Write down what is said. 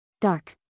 Dark